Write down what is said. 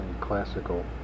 classical